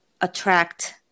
attract